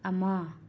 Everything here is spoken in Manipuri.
ꯑꯃ